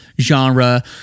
genre